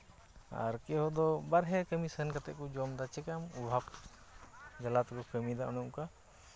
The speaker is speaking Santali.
ᱟᱨ ᱠᱮᱣ ᱫᱚ ᱵᱟᱨᱦᱮ ᱠᱟᱹᱢᱤ ᱥᱮᱱ ᱠᱟᱛᱮᱫ ᱠᱚ ᱡᱚᱢ ᱮᱫᱟ ᱪᱤᱠᱟᱹᱭᱟᱢ ᱚᱵᱷᱟᱵ ᱡᱟᱞᱟ ᱛᱮᱠᱚ ᱠᱟᱹᱢᱤᱭᱮᱫᱟ ᱚᱱᱮ ᱚᱱᱠᱟ